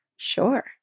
Sure